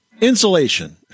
Insulation